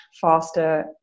faster